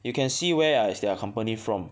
you can see where ah is their company from